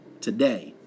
today